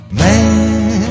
man